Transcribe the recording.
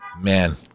man